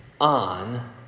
on